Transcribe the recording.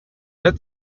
der